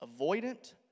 Avoidant